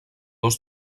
dos